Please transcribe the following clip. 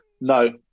No